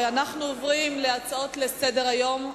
אנחנו עוברים להצעות לסדר-היום.